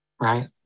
right